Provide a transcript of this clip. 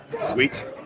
Sweet